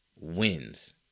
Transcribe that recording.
wins